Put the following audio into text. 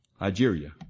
Nigeria